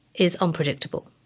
is unpredictable.